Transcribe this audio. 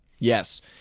Yes